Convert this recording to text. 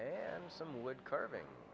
and some wood carving